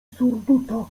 surduta